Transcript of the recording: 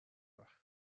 وقت